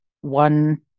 one